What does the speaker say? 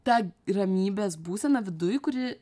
ta ramybės būsena viduj kuri